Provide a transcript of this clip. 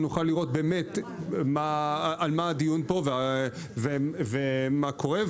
שנוכל לראות באמת על מה הדיון פה ומה קורה.